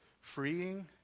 freeing